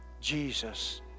Jesus